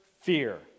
fear